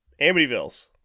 Amityvilles